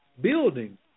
Building